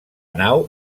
nau